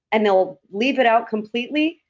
and they'll leave it out completely,